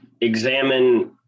examine